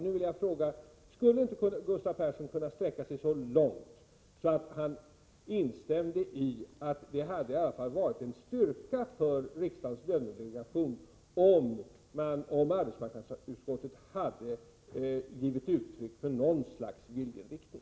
Nu vill jag fråga: Skulle inte Gustav Persson kunna sträcka sig så långt att han instämde i att det hade varit en styrka för riksdagens lönedelegation om arbetsmarknadsutskottet hade gett uttryck för något slags viljeinriktning?